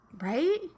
Right